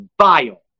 vile